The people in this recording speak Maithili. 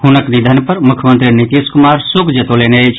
हुनक निधन पर मुख्यमंत्री नीतीश कुमार शोक जतौलनि अछि